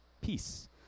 peace